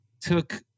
took